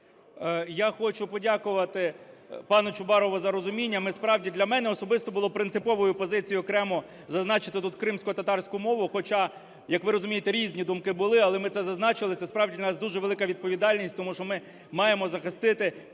Я хочу подякувати пану Чубарову за розуміння. Ми, справді, для мене особисто було принциповою позицією окремо зазначити тут кримськотатарську мову, хоча, як ви розумієте, різні думки були, але ми це зазначили, це справді у нас дуже велика відповідальність, тому що ми маємо захистити